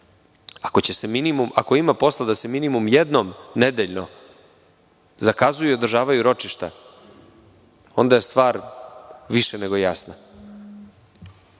ako ima posla da se minimum jednom nedeljno zakazuju i odražavaju ročišta, onda je stvar više nego jasna.